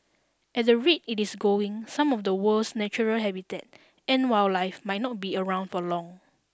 at the rate it is going some of the world's natural habitat and wildlife might not be around for long